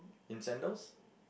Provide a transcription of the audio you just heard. in sandals